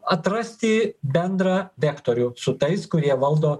atrasti bendrą vektorių su tais kurie valdo